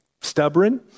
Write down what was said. stubborn